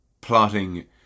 plotting